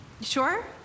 sure